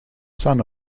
son